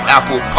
Apple